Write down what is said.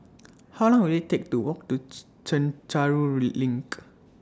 How Long Will IT Take to Walk to Chencharu LINK